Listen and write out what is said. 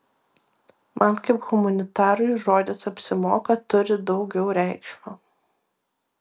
man kaip humanitarui žodis apsimoka turi daugiau reikšmių